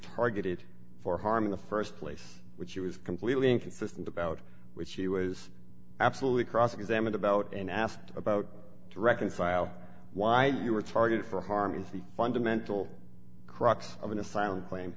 targeted for harm in the st place which he was completely inconsistent about which he was absolutely cross examined about and asked about to reconcile why you were targeted for harm is the fundamental crux of an asylum claim